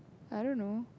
I don't know